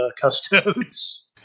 Custodes